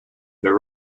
the